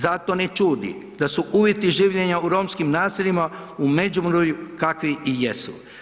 Zato ne čudi da su uvjeti življenja u romskim naseljima u Međimurju kakvi i jesu.